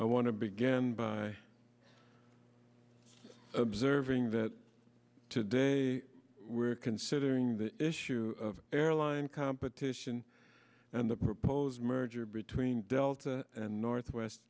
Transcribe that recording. i want to begin by observing that today we're considering the issue of airline competition and the proposed merger between delta and northwest